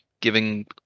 giving